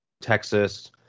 Texas